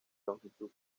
longitud